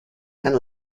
and